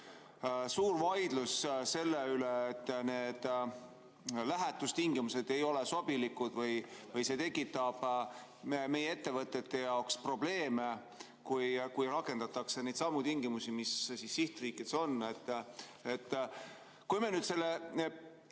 suur vaidlus, et lähetustingimused ei ole sobilikud või see tekitab meie ettevõtete jaoks probleeme, kui rakendatakse neidsamu tingimusi, mis sihtriikides on. Kui me selle